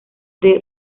the